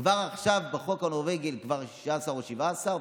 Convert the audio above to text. כבר עכשיו בחוק הנורבגי הם 16 או 17,